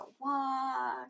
walk